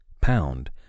Pound